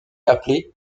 appelé